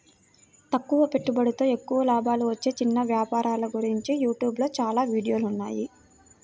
తక్కువ పెట్టుబడితో ఎక్కువ లాభాలు వచ్చే చిన్న వ్యాపారాల గురించి యూట్యూబ్ లో చాలా వీడియోలున్నాయి